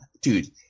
dude